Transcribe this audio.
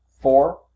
four